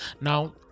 Now